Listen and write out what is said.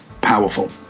powerful